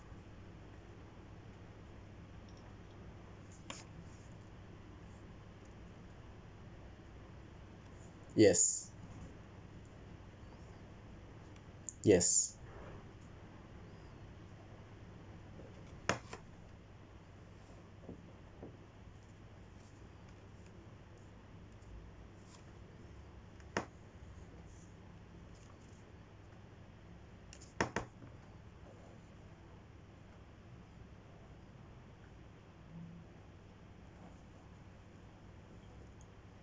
yes yes